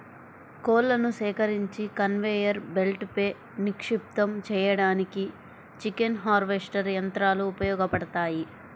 కోళ్లను సేకరించి కన్వేయర్ బెల్ట్పై నిక్షిప్తం చేయడానికి చికెన్ హార్వెస్టర్ యంత్రాలు ఉపయోగపడతాయి